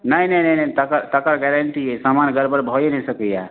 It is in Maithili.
नहि नहि नहि नहि तकर तकर गारंटी अइ समान गड़बड़ भए नहि सकैए